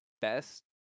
best